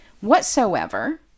whatsoever